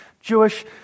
Jewish